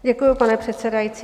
Děkuji, pane předsedající.